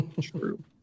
True